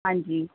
ਹਾਂਜੀ